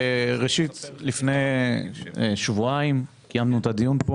לפני שבועיים כשקיימנו את הדיון פה